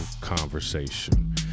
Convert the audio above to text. conversation